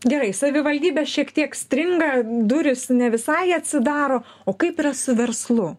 gerai savivaldybės šiek tiek stringa durys ne visai atsidaro o kaip yra su verslu